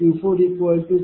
004 p